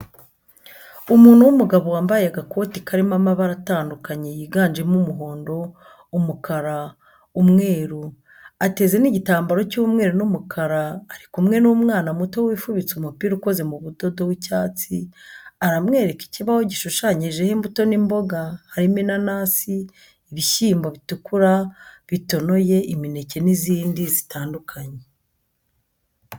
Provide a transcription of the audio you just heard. Umuntu w'umugabo wambaye agakoti karimo amabara atandukanye yiganjemo umuhondo, umukara umweru, ateze n'igitambaro cy'umweru n'umukara ari kumwe n'umwana muto wifubitse umupira ukoze mu budodo w'icyatsi aramwereka ikibaho gishushanyijeho imbuto n'imboga harimo inanasi, ibishyimbo bitukura bitonoye imineke n'izindi zitandukanye.